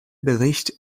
bericht